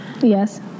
Yes